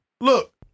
Look